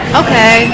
okay